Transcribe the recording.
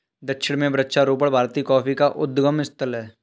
दक्षिण में वृक्षारोपण भारतीय कॉफी का उद्गम स्थल है